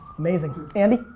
amazing. andy?